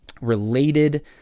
related